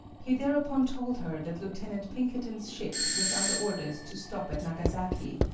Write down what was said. he thereupon told her that lieutenant pinkerton's ship was under orders to stop at nagasaki,